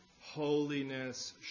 Holiness